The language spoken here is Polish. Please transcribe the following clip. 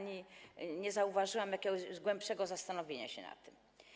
Nie zauważyłam jakiegoś głębszego zastanowienia się nad tym.